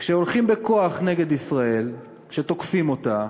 כשהולכים בכוח נגד ישראל, כשתוקפים אותה,